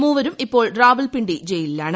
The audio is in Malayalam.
മൂവരും ഇപ്പോൾ റാവൽപിണ്ടി ജയിലിലാണ്